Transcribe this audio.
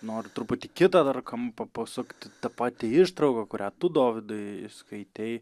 noriu truputį kitą dar kampą pasukti ta pati ištrauka kurią tu dovydai išskaitei